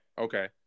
okay